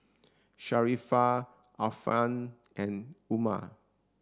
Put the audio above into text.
Sharifah Alfian and Umar